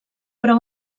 però